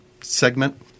segment